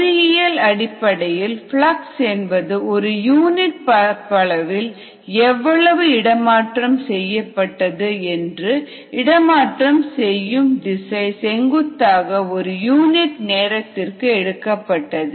பொறியியல் அடிப்படையில் பிளக்ஸ் என்பது ஒரு யூனிட் பரப்பளவில் எவ்வளவு இடமாற்றம் செய்யப்பட்டது என்று இடமாற்றம் செய்யும் திசை செங்குத்தாக ஒரு யூனிட் நேரத்திற்கு எடுக்கப்பட்டது